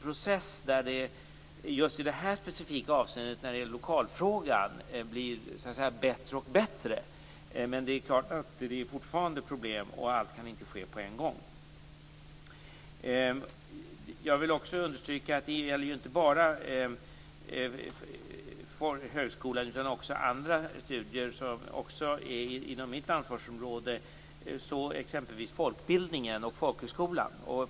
Processen när det specifikt gäller lokalfrågan blir bättre och bättre. Men det är klart att det fortfarande finns problem. Allt kan inte ske på en gång. Jag vill också understryka att detta inte bara gäller högskolan utan även andra skolor som också är inom mitt ansvarsområde, så exempelvis folkbildningen och folkhögskolan.